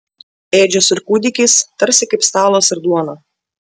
ėdžios ir kūdikis tarsi kaip stalas ir duona